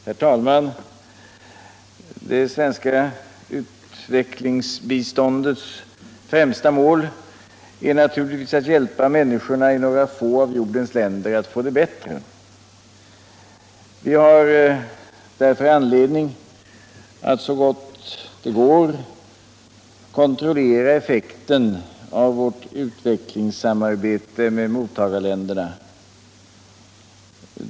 Herr talman! Det svenska utvecklingsbiståndets främsta mål är naturligtvis att hjälpa människorna i några få av jordens länder att få det bättre. Vi har därför anledning att så gott det går kontrollera effekten av vårt utvecklingssamarbete med mottagarländerna.